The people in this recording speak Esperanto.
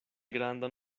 grandan